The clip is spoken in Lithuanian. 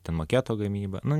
ten maketo gamyba nu